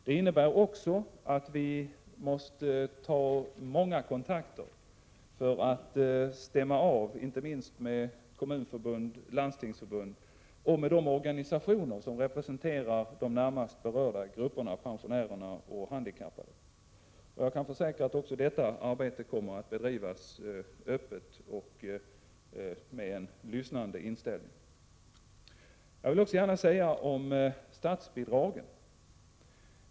Det innebär också att vi måste ta många kontakter för att så att säga stämma av det hela, inte minst med Kommunförbundet, Landstingsförbundet och de Organisationer som representerar de närmast berörda grupperna — pensionärerna och de handikappade. Jag kan försäkra att även detta arbete kommer att bedrivas öppet och med lyhördhet.